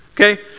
Okay